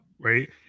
Right